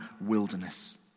wilderness